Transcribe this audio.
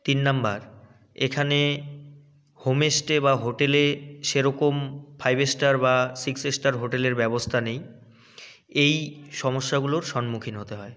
তিন নম্বর এখানে হোম স্টে বা হোটেলে সে রকম ফাইভ স্টার বা সিক্স স্টার হোটেলের ব্যবস্থা নেই এই সমস্যাগুলোর সন্মুখীন হতে হয়